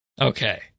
Okay